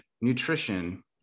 nutrition